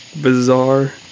bizarre